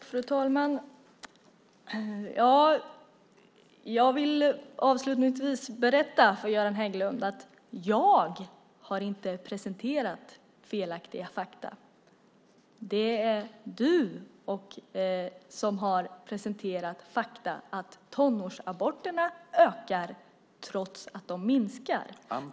Fru talman! Jag vill avslutningsvis berätta för Göran Hägglund att jag inte har presenterat felaktiga fakta. Det är du som har presenterat det faktum att tonårsaborterna ökar, trots att de minskar.